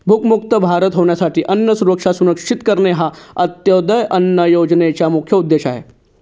भूकमुक्त भारत होण्यासाठी अन्न सुरक्षा सुनिश्चित करणे हा अंत्योदय अन्न योजनेचा मुख्य उद्देश आहे